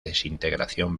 desintegración